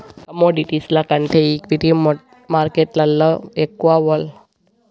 కమోడిటీస్ల కంటే ఈక్విటీ మార్కేట్లల ఎక్కువ వోల్టాలిటీ ఉండాది